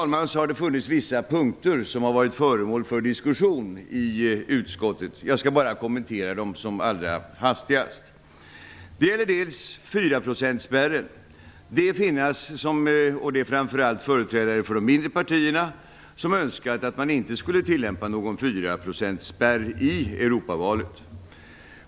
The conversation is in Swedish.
På vissa punkter har det emellertid förekommit diskussion i utskottet, herr talman. Jag skall bara som allra hastigast kommentera dem. Det gäller bl.a. 4-procentsspärren. Framför allt företrädare för de mindre partierna har önskat att man inte skulle tillämpa någon 4-procentsspärr i Europavalet.